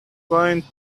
going